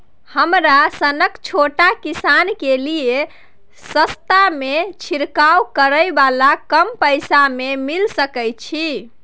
हमरा सनक छोट किसान के लिए सस्ता में छिरकाव करै वाला कम पैसा में मिल सकै छै?